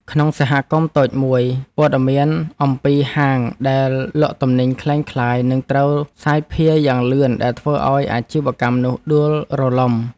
ក្នុងសហគមន៍តូចមួយ ព័ត៌មានអំពីហាងដែលលក់ទំនិញក្លែងក្លាយនឹងត្រូវសាយភាយយ៉ាងលឿនដែលធ្វើឱ្យអាជីវកម្មនោះដួលរលំ។